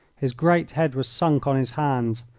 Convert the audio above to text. his great head was sunk on his hands.